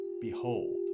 Behold